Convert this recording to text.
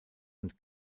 und